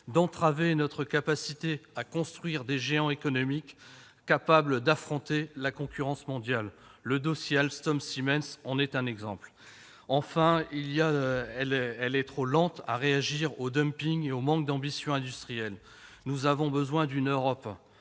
d'entraver notre capacité à construire des géants économiques capables d'affronter la concurrence mondiale. Le dossier Alstom-Siemens en est un exemple. Enfin, l'Europe est trop lente à réagir face au dumping et elle manque d'ambition industrielle. Nous avons besoin d'une Europe